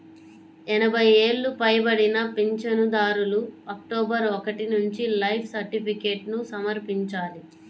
ఎనభై ఏళ్లు పైబడిన పింఛనుదారులు అక్టోబరు ఒకటి నుంచి లైఫ్ సర్టిఫికేట్ను సమర్పించాలి